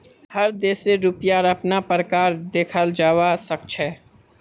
हर देशेर रुपयार अपना प्रकार देखाल जवा सक छे